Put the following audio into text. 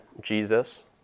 Jesus